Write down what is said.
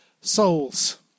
souls